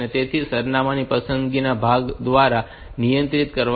તેથી તે સરનામા પસંદગી ભાગ દ્વારા નિયંત્રિત કરવામાં આવશે